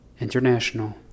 international